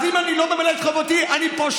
אז אם אני לא ממלא את חובתי, אני פושע?